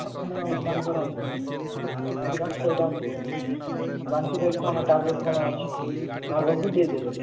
ଆପଣ ଗୋଟେ କାମ କରନ୍ତୁ ମେଡ଼ିକାଲ୍ ଷ୍ଟୋର୍ ଯାଆନ୍ତୁ ଆଣ୍ଟିବାଇଟ୍ କ'ଣ ଟାବଲେଟ୍ କ'ଣ ଅଛି କି ମାଗନ୍ତୁ ଦେଇ ଦେବେ